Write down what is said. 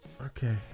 Okay